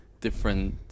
different